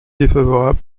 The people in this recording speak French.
défavorable